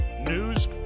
news